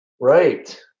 right